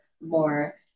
more